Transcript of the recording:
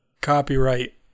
copyright